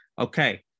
Okay